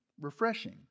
refreshing